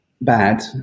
bad